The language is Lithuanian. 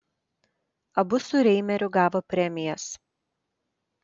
abu su reimeriu gavo premijas